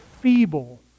feeble